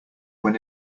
when